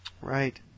Right